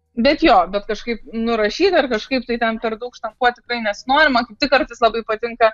bet jo bet kažkaip nurašyt dar kažkaip tai ten per daug štampuoti tikrai nesinorima tai kartais labai patinka